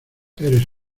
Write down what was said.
eres